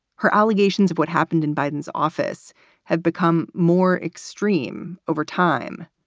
her allegations of what happened in biden's office have become more extreme over time.